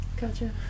gotcha